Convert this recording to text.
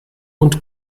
und